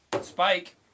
Spike